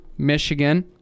Michigan